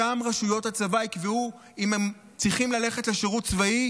ושם רשויות הצבא יקבעו אם הם צריכים ללכת לשירות צבאי,